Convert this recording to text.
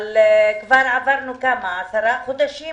אבל כבר עברנו 10 חודשים